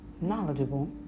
knowledgeable